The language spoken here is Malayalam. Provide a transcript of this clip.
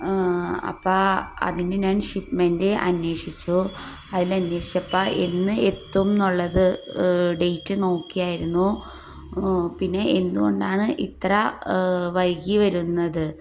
അപ്പം അതിന് ഞാൻ ഷിപ്മെൻറ് അന്വേഷിച്ചു അതിൽ അന്വേഷിച്ചപ്പം എന്ന് എത്തും എന്നുള്ളത് ഡേറ്റ് നോക്കിയായിരുന്നു പിന്നെ എന്തുകൊണ്ടാണ് ഇത്ര വൈകി വരുന്നത്